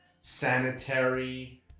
sanitary